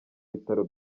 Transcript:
bitaro